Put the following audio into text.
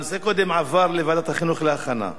בבקשה, הנושא יעבור לוועדת החינוך להכנה.